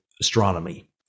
astronomy